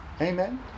amen